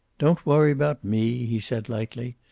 don't worry about me, he said lightly.